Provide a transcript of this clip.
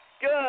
Good